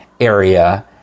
area